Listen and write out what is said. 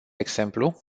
exemplu